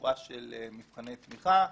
שורה של מבחני תמיכה,